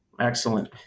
Excellent